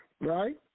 right